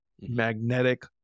magnetic